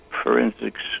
forensics